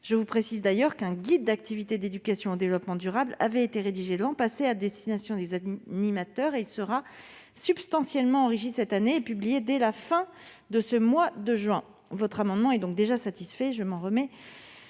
Je précise d'ailleurs qu'un guide d'activités d'éducation au développement durable avait été rédigé l'an dernier à destination des animateurs et qu'il sera substantiellement enrichi cette année et publié dès la fin de ce mois de juin. Ainsi, votre amendement étant déjà satisfait, je m'en remets